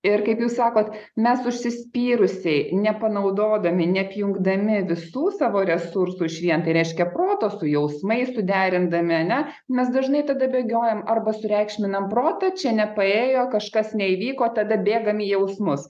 ir kaip jūs sakot mes užsispyrusiai nepanaudodami neapjungdami visų savo resursų išvien tai reiškia proto su jausmais suderindami ar ne mes dažnai tada bėgiojam arba sureikšminam protą čia nepaėjo kažkas neįvyko tada bėgam į jausmus